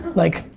like,